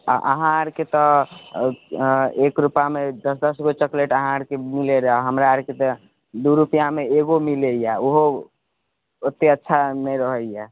अहाँ आरके तऽ एक रूपैआ मे दस दसगो चॉकलेट अहाँ आरके मिलै रहै हमरा आरके तऽ दू रुपैआमे एगो मिलैए ओहो ओते अच्छा नहि रहैए